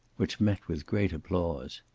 which met with great applause.